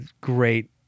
great